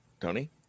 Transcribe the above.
Tony